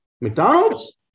McDonald's